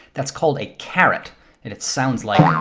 that's called a carat and it sounds like